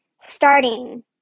starting